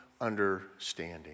understanding